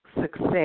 success